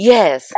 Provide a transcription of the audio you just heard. Yes